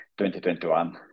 2021